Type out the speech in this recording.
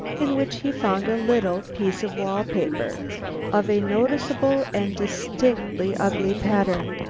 in which he found a little piece of wall paper of a noticeable and distinctly ugly pattern.